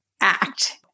act